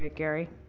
ah gary?